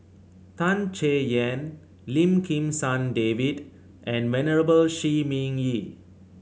Tan Chay Yan Lim Kim San David and Venerable Shi Ming Yi